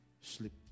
sleep